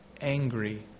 angry